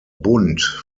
bund